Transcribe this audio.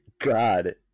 god